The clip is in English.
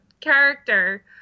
character